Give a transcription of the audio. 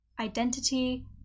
identity